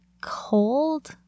cold